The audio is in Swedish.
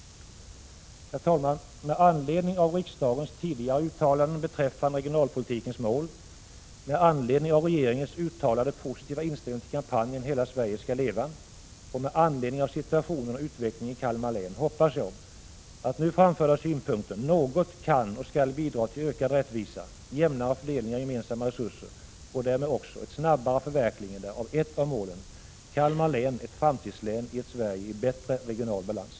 Herr talman! Med anledning av riksdagens tidigare uttalanden beträffande regionalpolitikens mål, regeringens uttalade positiva inställning till kampanjen ”Hela Sverige skall leva!” samt situationen och utvecklingen i Kalmar län, hoppas jag att nu framförda synpunkter något kan och skall bidra till ökad rättvisa, jämnare fördelning av gemensamma resurser och därmed också ett snabbare förverkligande av ett av målen — Kalmar län, ett framtidslän i ett Sverige i bättre regional balans.